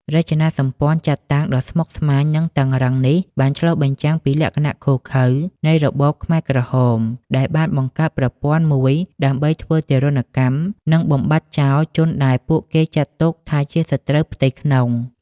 រចនាសម្ព័ន្ធចាត់តាំងដ៏ស្មុគស្មាញ និងតឹងរ៉ឹងនេះបានឆ្លុះបញ្ចាំងពីលក្ខណៈឃោរឃៅនៃរបបខ្មែរក្រហម ដែលបានបង្កើតប្រព័ន្ធមួយដើម្បីធ្វើទារុណកម្ម និងបំបាត់បំបាត់ចោលជនដែលពួកគេចាត់ទុកថាជាសត្រូវផ្ទៃក្នុង។